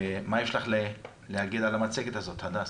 מה יש לך להגיד על המצגת הזאת, הדס?